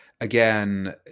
Again